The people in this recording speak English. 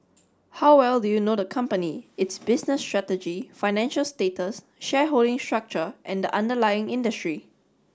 how well do you know the company its business strategy financial status shareholding structure and the underlying industry